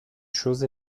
chose